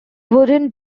wooden